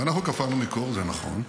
ואנחנו קפאנו מקור, זה נכון.